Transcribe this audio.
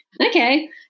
Okay